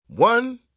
One